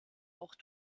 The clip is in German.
auch